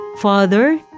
Father